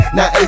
Now